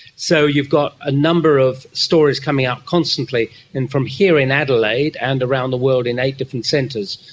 so you've got a number of stories coming up constantly and from here in adelaide and around the world in eight different centres,